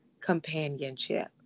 companionship